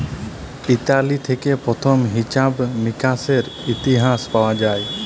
Italy থেক্যে প্রথম হিছাব মিকাশের ইতিহাস পাওয়া যায়